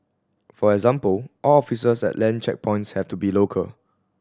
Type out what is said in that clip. for example all officers at land checkpoints have to be local